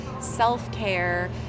self-care